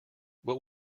what